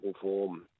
form